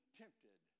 tempted